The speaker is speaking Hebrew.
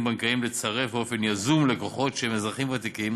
בנקאיים לצרף באופן יזום לקוחות שהם אזרחים ותיקים